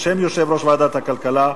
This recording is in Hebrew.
בשם יושב-ראש ועדת הכלכלה,